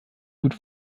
gut